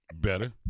Better